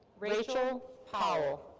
rachel powell.